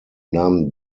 nahm